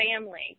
family